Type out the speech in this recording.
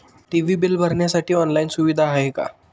TV bill भरण्यासाठी online सुविधा आहे का?